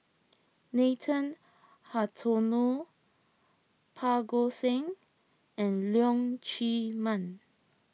Nathan Hartono Parga Singh and Leong Chee Mun